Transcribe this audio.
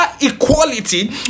equality